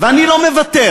ואני לא מוותר.